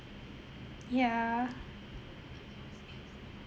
ya